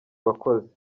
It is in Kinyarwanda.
bakozi